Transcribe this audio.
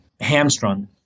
hamstrung